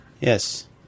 Yes